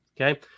Okay